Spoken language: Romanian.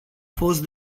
fost